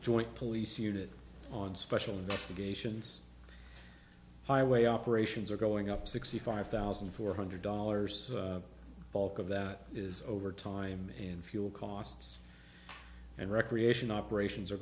joint police unit on special investigations highway operations are going up sixty five thousand four hundred dollars bulk of that is over time in fuel costs and recreation operations are